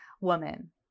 woman